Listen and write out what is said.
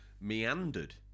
meandered